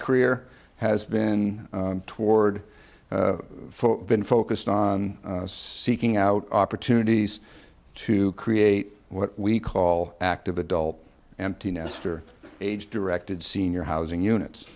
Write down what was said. career has been toward been focused on seeking out opportunities to create what we call active adult empty nester age directed senior housing units